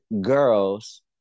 Girls